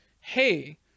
Hey